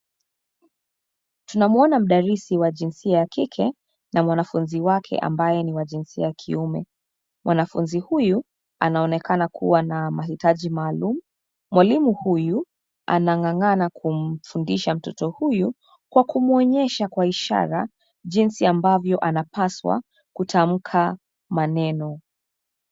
Tunamwona mdarisi wa jinsia ya kike , na mwanafunzi wake ambaye ni wa jinsia ya kiume. Mwanafunzi huyu anaonekana kuwa na mahitaji maalum. Mwalimu huyu anang'ang'ana kumfundisha mtoto huyu, kwa kumwonesha kwa ishara jinsi ambavyo anapaswa kutamka maneno.